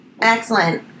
Excellent